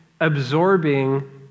absorbing